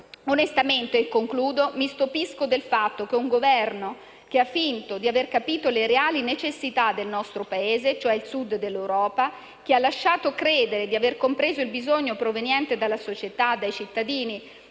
Onestamente, mi stupisco del fatto che un Governo che ha finto di aver capito le reali necessità del nostro Paese, cioè il Sud dell'Europa, che ha lasciato credere di aver compreso il bisogno della società e dei cittadini